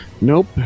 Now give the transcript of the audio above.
Nope